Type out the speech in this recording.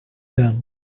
done